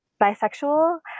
bisexual